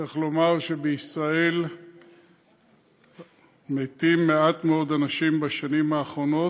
צריך לומר שבישראל מתים מעט מאוד אנשים בשנים האחרונות,